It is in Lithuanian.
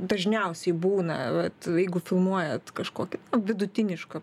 dažniausiai būna vat jeigu filmuojat kažkokį vidutinišką